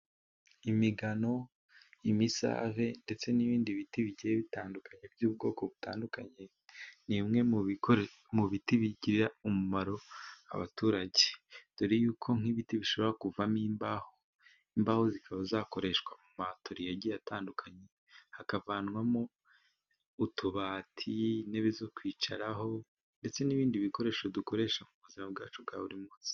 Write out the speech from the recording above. Imigano, imisare ndetse n'ibindi biti bike bitandukanye by'ubwoko butandukanye, ni bimwe mu biti bigira umumaro abaturage, dore yuko nk'ibiti bishobora kuvamo imbaho, imbaho zikaba zakoreshwa muma atoriye agiye atandukanye hakavamo utubati, intebe zo kwicaraho ndetse n'ibindi bikoresho dukoresha mu buzima bwacu bwa buri munsi.